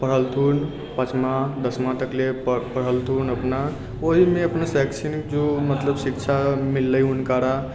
पढ़लखुन पचमा दसमा तकले पढ़लखुन अपना ओहिमे अपना शैक्षणिक जे शिक्षा मिलले हुनकरा